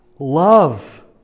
Love